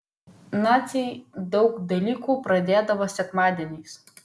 naciai daug dalykų pradėdavo sekmadieniais